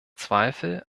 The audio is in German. zweifel